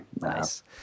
Nice